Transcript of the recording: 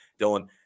Dylan